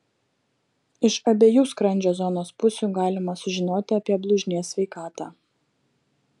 iš abiejų skrandžio zonos pusių galima sužinoti apie blužnies sveikatą